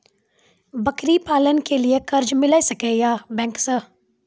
बकरी पालन के लिए कर्ज मिल सके या बैंक से?